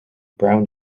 brown